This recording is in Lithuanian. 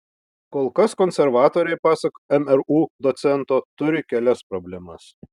kol kas konservatoriai pasak mru docento turi kelias problemas